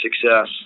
success